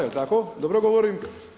Jel' tako dobro govorim?